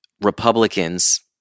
Republicans